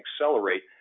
accelerate